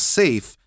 safe